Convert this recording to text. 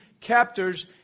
captors